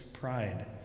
Pride